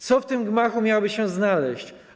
Co w tym gmachu miałoby się znaleźć?